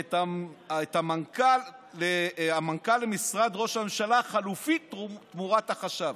את מנכ"ל משרד ראש הממשלה החליפי תמורת החשב.